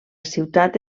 ciutat